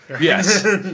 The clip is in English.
Yes